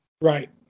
right